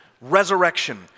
resurrection